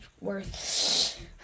worth